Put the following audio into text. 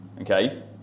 okay